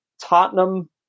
Tottenham